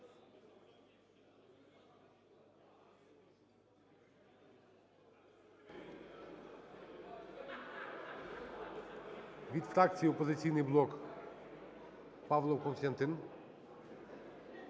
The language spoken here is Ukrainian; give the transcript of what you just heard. Від фракції "Опозиційний блок" Павлов Костянтин.